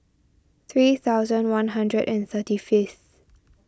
three thousand one hundred and thirty fifth